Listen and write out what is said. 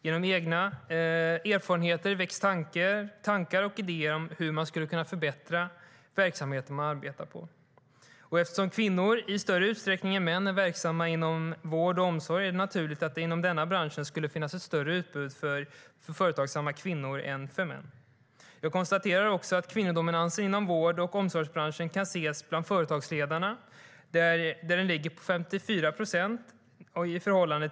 Genom egna erfarenheter väcks tankar och idéer om hur man skulle kunna förbättra den verksamhet man arbetar i. Eftersom kvinnor i större utsträckning än män är verksamma inom vård och omsorg är det naturligt att det inom denna bransch finns ett större utbud för företagsamma kvinnor än för män. Jag konstaterar också att kvinnodominansen inom vård och omsorgsbranschen kan ses bland företagsledarna, varav 54 procent är kvinnor.